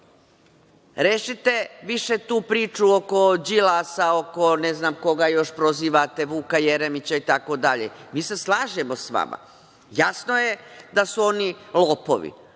više tu priču oko Đilasa, oko ne znam koga još prozivate, Vuka Jeremića itd. Mi se slažemo sa vama. Jasno je da su oni lopovi,